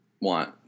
want